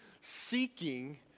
seeking